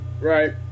Right